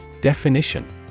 Definition